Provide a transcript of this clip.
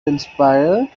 inspired